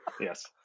Yes